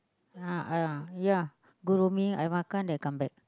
a'ah ya Goreng mee I makan then I come back